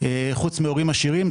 חוץ מהורים עשירים,